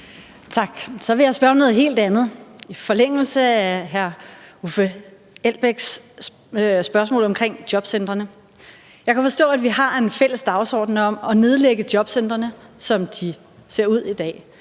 Tak. Så vil jeg spørge om noget helt andet i forlængelse af hr. Uffe Elbæks spørgsmål om jobcentrene. Jeg kan forstå, at vi har en fælles dagsorden om at nedlægge jobcentrene, som de ser ud i dag,